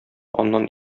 аннан